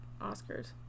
Oscars